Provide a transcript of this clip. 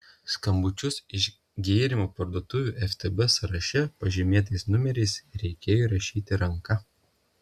skambučius iš gėrimų parduotuvių ftb sąraše pažymėtais numeriais reikėjo įrašyti ranka